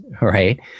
right